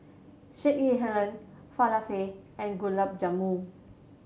Sekihan Falafel and Gulab Jamun